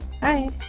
Hi